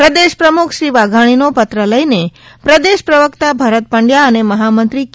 પ્રદેશપ્રમુખ શ્રી વાઘાણીનો પત્ર લઈને પ્રદેશ પ્રવકતા ભરત પંડ્યા અને મહામંત્રી કે